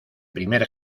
primer